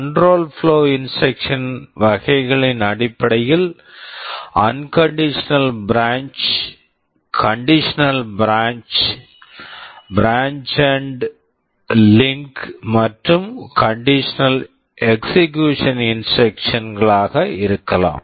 control flow control flow instructions instructions வகைகளின் அடிப்படையில் unconditional branch unconditional branch conditional branch conditional branch branch and link branch and link மற்றும் conditional execution instruction conditional execution instruction களாக இருக்கலாம்